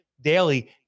Daily